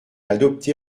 adoptés